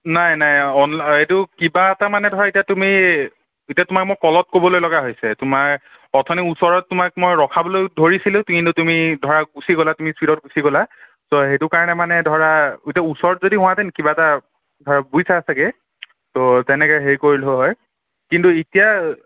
নাই নাই অন এইটো কিবা এটা মানে ধৰা এতিয়া তুমি এতিয়া তোমাক মই কলত ক'বলৈ লগা হৈছে তোমাৰ অথনি ওচৰত তোমাক মই ৰখাবলৈ ধৰিছিলোঁ কিন্তু তুমি ধৰা গুচি গ'লা তুমি স্পীডত গুচি গ'লা চ' সেইটো কাৰণে মানে ধৰা এতিয়া ওচৰত যদি হোৱাহেতেন কিবা এটা ধৰা বুইছা চাগৈ তো তেনেকৈ হেৰি কৰিলোঁ হয় কিন্তু এতিয়া